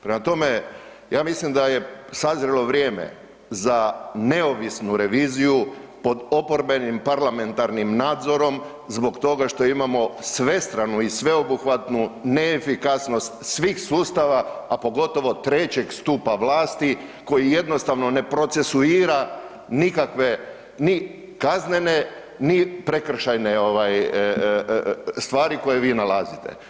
Prema tome, ja mislim da je sazrelo vrijeme za neovisnu reviziju pod oporbenim parlamentarnim nadzorom zbog toga što imamo svestranu i sveobuhvatnu neefikasnost svih sustava a pogotovo trećeg stupa vlasti koji jednostavno ne procesuira nikakve ni kaznene ni prekršajne stvari koje vi nalazite.